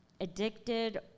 addicted